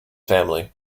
family